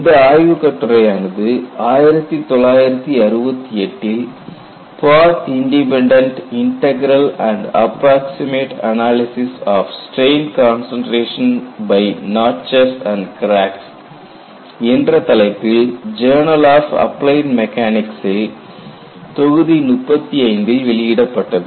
இந்த ஆய்வு கட்டுரையானது 1968 ல் "path independent integral and approximate analysis of strain concentration by notches and cracks" என்ற தலைப்பில் ஜர்னல் ஆஃப் அப்ளைடு மெக்கானிக்ஸ்சில் தொகுதி 35 இல் வெளியிடப்பட்டது